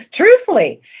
Truthfully